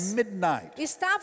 midnight